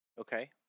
Okay